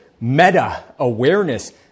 meta-awareness